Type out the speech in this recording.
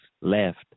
left